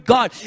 God